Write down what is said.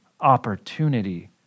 opportunity